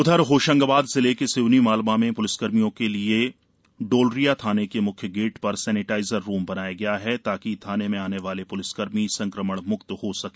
उधर होशंगाबाद जिले के सिवनी मालवा में पुलिसकर्मियों के लिए डोलरिया थाने के मुख्य गेट पर सैनेटाइजर रूम बनाया गया है ताकि थाने में ओने वाले पुलिसकर्मी संकमणमुक्त हो सके